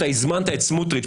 אתה הזמנת את סמוטריץ',